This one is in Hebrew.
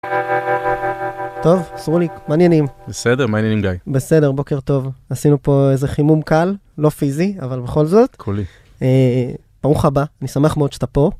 טוב, שרוליק, מה העניינים? בסדר, מה העניינים גיא? בסדר, בוקר טוב. עשינו פה איזה חימום קל, לא פיזי, אבל בכל זאת. קולי. ברוך הבא, אני שמח מאוד שאתה פה.